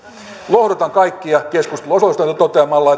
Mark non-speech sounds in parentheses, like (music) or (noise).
lohdutan kaikkia keskusteluun osallistuneita toteamalla (unintelligible)